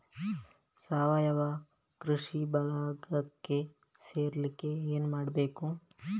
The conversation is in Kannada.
ಸಾವಯವ ಕೃಷಿ ಬಳಗಕ್ಕೆ ಸೇರ್ಲಿಕ್ಕೆ ಏನು ಮಾಡ್ಬೇಕು?